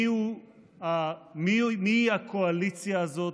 מיהי הקואליציה הזאת,